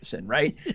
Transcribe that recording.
right